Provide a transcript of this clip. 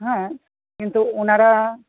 হ্যাঁ কিন্তু ওনারা